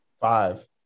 Five